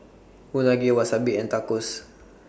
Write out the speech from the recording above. Unagi Wasabi and Tacos